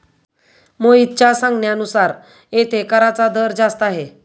मोहितच्या सांगण्यानुसार येथे कराचा दर जास्त आहे